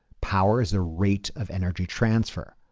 power is the rate of energy transfer.